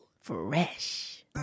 Fresh